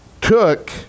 took